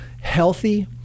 healthy